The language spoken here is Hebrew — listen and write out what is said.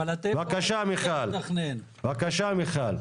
בבקשה מיכל.